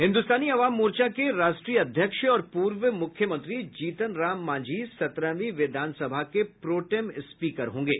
हिन्दुस्तानी आवाम मोर्चा के राष्ट्रीय अध्यक्ष और पूर्व मुख्यमंत्री जीतन राम मांझी सत्रहवीं विधानसभा के प्रोटेम स्पीकर होंगे